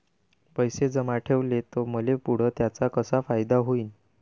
पैसे जमा ठेवले त मले पुढं त्याचा कसा फायदा होईन?